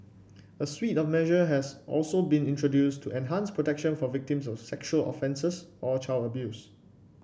a suite of measure has also been introduced to enhance protection for victims of sexual offences or child abuse